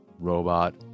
Robot